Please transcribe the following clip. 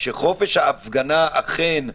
שחופש ההפגנה אכן נשמר,